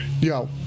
Yo